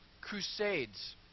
Crusades